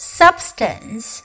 substance